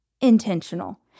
intentional